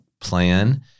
plan